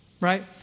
right